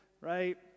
right